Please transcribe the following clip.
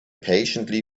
patiently